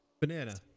Banana